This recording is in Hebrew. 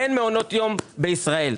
אין מעונות יום בישראל.